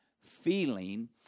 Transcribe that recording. feeling